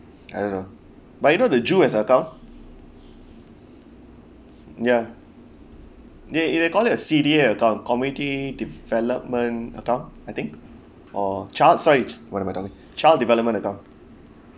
I don't know but you know that has account ya they they call it a C_D_A account community development account I think or child sorry what am I talking child development account